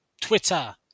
Twitter